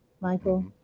Michael